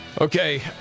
Okay